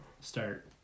start